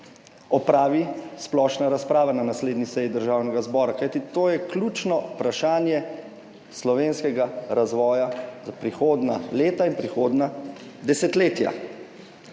opravi splošna razprava na naslednji seji Državnega zbora, kajti to je ključno vprašanje slovenskega razvoja za prihodnja leta in prihodnja desetletja.